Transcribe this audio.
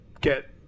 get